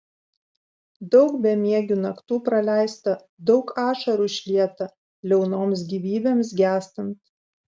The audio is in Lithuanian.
daug bemiegių naktų praleista daug ašarų išlieta liaunoms gyvybėms gęstant